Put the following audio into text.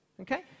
Okay